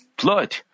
blood